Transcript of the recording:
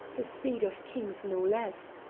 the seed of kings, no less!